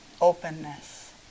openness